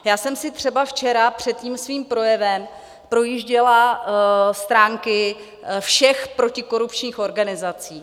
Já jsem si třeba včera před tím svým projevem projížděla stránky všech protikorupčních organizací.